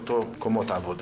באותם מקומות עבודה.